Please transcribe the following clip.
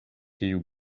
kiu